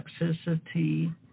toxicity